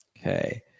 Okay